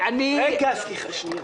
רגע, שנייה.